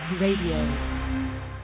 Radio